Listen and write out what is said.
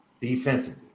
defensively